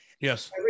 Yes